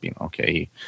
Okay